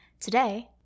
Today